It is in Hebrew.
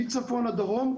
מצפון עד דרום,